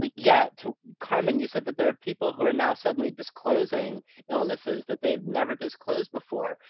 like yeah, to carmen, you said that there are people who are now suddenly disclosing illnesses that they've never disclosed before.